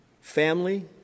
family